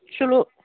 ਚਲੋ